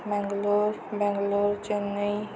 Mangalore Bangalore Chennai